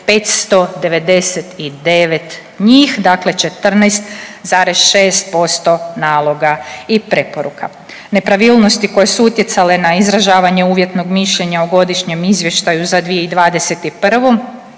599 njih, dakle 14,6% naloga i preporuka. Nepravilnosti koje su utjecale na izražavanje uvjetnog mišljenja o Godišnjem izvještaju za 2021.